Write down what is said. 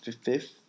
Fifth